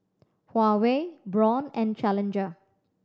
Huawei Braun and Challenger